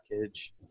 package